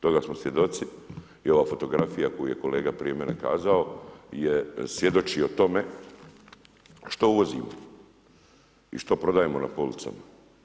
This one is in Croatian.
Toga smo svjedoci i ova fotografija koju je kolega prije mene kazao je svjedočio tome što uvozimo i što prodajemo na policama.